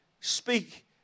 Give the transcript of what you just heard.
speak